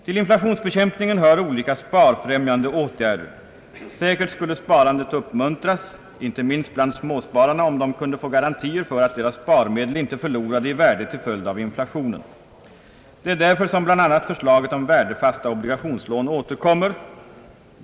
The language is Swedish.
Till inflationsbekämpningen hör olika sparfrämjande åtgärder. Säkert skulle sparandet uppmuntras inte minst bland småspararna om de kunde få garantier för att deras sparmedel inte förlorade i värde till följd av inflationen. Det är därför som bl a. förslaget om värdefasta obligationslån återkommer.